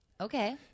Okay